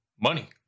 money